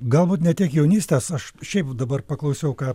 galbūt ne tiek jaunystės aš šiaip dabar paklausiau ką